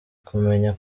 kumenya